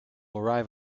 arrive